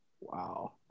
Wow